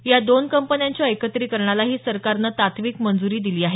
या दोन कंपन्यांच्या एकत्रीकरणालाही सरकारनं तात्विक मंज्री दिली आहे